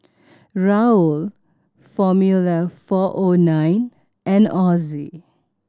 Raoul Formula Four O Nine and Ozi